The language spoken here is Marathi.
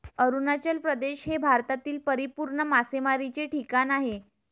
अरुणाचल प्रदेश हे भारतातील परिपूर्ण मासेमारीचे ठिकाण आहे